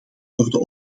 worden